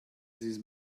this